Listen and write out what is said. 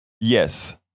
Yes